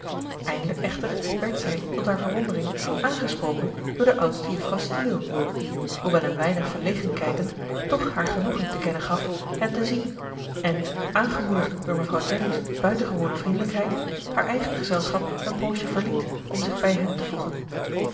eindelijk echter werd zij tot haar verwondering aangesproken door de oudste juffrouw steele die hoewel een weinig verlegen kijkend toch haar genoegen te kennen gaf hen te zien en aangemoedigd door mevrouw jennings buitengewone vriendelijkheid haar eigen gezelschap een poosje verliet om zich bij hen te voegen